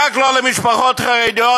רק לא למשפחות חרדיות,